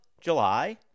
July